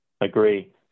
Agree